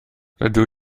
rydw